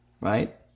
right